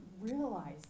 realize